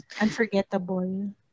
Unforgettable